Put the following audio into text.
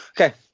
Okay